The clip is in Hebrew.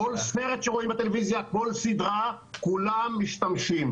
כל סרט שרואים בטלוויזיה וכל סדרה, כולם משתמשים.